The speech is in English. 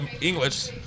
English